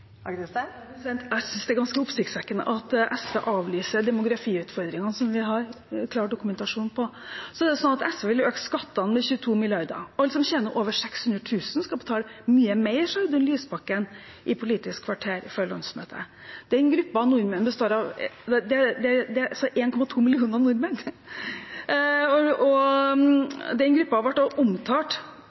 Jeg synes det er ganske oppsiktsvekkende at SV avviser demografiutfordringene, som vi har klar dokumentasjon på. SV vil øke skattene med 22 mrd. kr. Alle som tjener over 600 000 kr, skal betale mye mer, sa Audun Lysbakken i Politisk kvarter før landsmøtet. Den gruppen består av